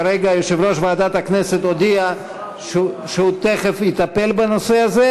כרגע יושב-ראש ועדת הכנסת הודיע שהוא תכף יטפל בנושא הזה,